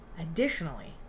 additionally